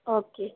okay जी